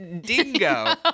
Dingo